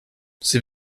sie